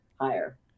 higher